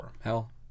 hell